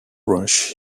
rush